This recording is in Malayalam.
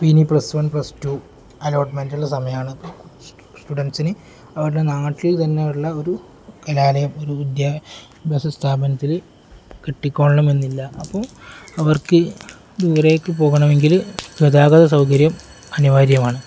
ഇപ്പോള് ഇനി പ്ലസ് വൺ പ്ലസ് ടു അലോട്ട്മെന്റിനുള്ള സമയമാണ് സ്റ്റുഡൻസിന് അവരുടെ നാട്ടിൽ തന്നെയുള്ള ഒരു കലാലയം ഒരു വിദ്യാഭ്യാസ സ്ഥാപനത്തില് കിട്ടിക്കൊള്ളണമെന്നില്ല അപ്പോള് അവർക്ക് ദൂരേക്ക് പോകണമെങ്കില് ഗതാഗതസൗകര്യം അനിവാര്യമാണ്